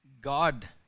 God